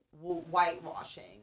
whitewashing